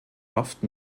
oft